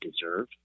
deserve